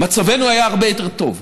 מצבנו היה הרבה יותר טוב.